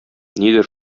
нидер